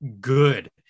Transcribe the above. good